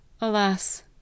Alas